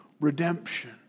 redemption